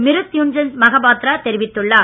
மிருத்யுஞ்சய் மகபாத்ரா தெரிவித்துள்ளார்